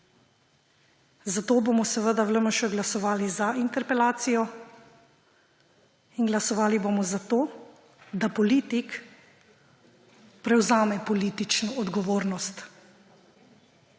Zato bomo seveda v LMŠ glasovali za interpelacijo in glasovali bomo za to, da politik prevzame politično odgovornost.